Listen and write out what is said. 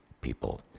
people